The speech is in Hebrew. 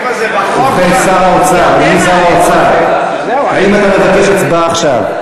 ובכן, אדוני שר האוצר, האם אתה מבקש הצבעה עכשיו?